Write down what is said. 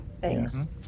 Thanks